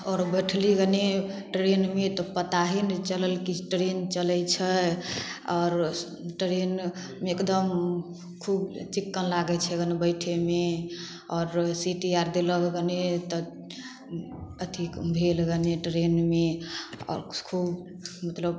आओर बैठली गनी ट्रेनमे तऽ पता ही नहि चलल की ट्रेन चलै छै आओर ट्रेनमे एकदम खूब चिक्कन लागै छै गन बैठमे आओर सीटी आर देलक गने तब अथी भेल गने ट्रेनमे आओर खूब मतलब